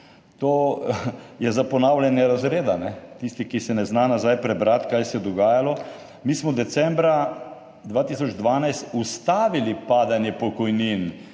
To je za ponavljanje razreda. Tisti, ki si ne zna nazaj prebrati, kaj se je dogajalo. Mi smo decembra 2012 ustavili padanje pokojnin,